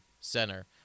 center